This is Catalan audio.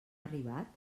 arribat